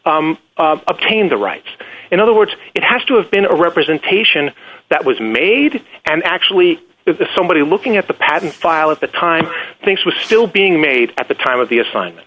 estoppel obtain the rights in other words it has to have been a representation that was made and actually the somebody looking at the patent file at the time things was still being made at the time of the assignment